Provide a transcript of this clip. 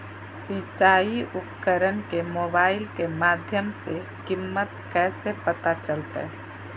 सिंचाई उपकरण के मोबाइल के माध्यम से कीमत कैसे पता चलतय?